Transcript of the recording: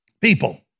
people